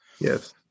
Yes